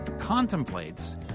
contemplates